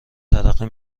ترقه